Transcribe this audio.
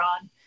on